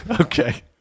Okay